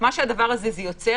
אבל פה הדברים מאוד ברורים.